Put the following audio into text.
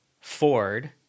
Ford